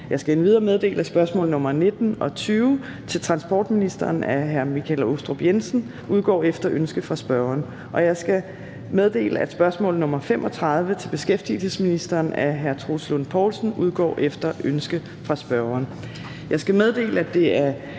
Jeg skal endvidere meddele, at spørgsmål nr. 19 og nr. 20 til transportministeren af Michael Aastrup Jensen udgår efter ønske fra spørgeren. Jeg skal endvidere meddele, at spørgsmål nr. 35 til beskæftigelsesministeren af Troels Lund Poulsen udgår efter ønske fra spørgeren.